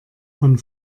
von